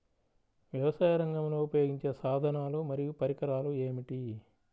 వ్యవసాయరంగంలో ఉపయోగించే సాధనాలు మరియు పరికరాలు ఏమిటీ?